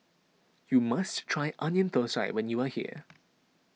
you must try Onion Thosai when you are here